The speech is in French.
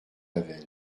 aven